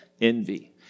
envy